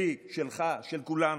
שלי, שלך של כולנו.